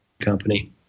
company